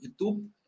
YouTube